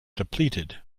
depleted